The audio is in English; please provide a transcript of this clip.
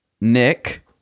nick